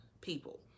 people